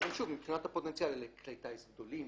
ושוב, מבחינת הפוטנציאל, אלה כלי טיס גדולים,